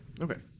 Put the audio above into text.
Okay